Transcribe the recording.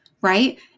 right